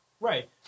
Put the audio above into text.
Right